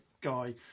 guy